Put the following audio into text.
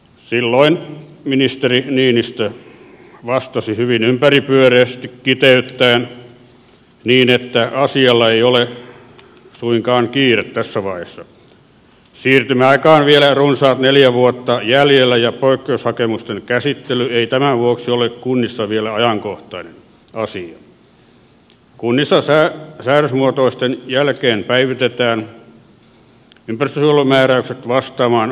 silloin ministeri niinistö vastasi hyvin ympäripyöreästi kiteyttäen niin että asialla ei ole suinkaan kiire tässä vaiheessa siirtymäaikaa on vielä runsaat neljä vuotta jäljellä ja poikkeushakemusten käsittely ei tämän vuoksi ole kunnissa vielä ajankohtainen asia kunnissa säädösmuutosten jälkeen päivitetään ympäristönsuojelumääräykset vastaamaan uusia säännöksiä